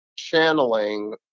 channeling